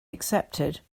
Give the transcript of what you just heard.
accepted